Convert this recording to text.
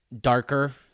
darker